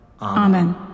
Amen